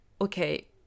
Okay